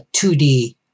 2D